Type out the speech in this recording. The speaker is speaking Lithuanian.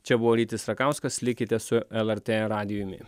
čia buvo rytis rakauskas likite su lrt radijumi